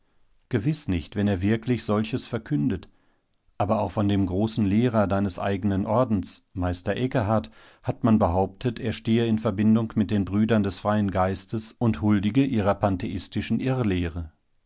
gewiß nicht wenn er wirklich solches verkündet aber auch von dem großen lehrer deines eigenen ordens meister eckehart hat man behauptet er stehe in verbindung mit den brüdern des freien geistes und huldige ihrer pantheistischen irrlehre